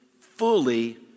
fully